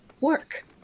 work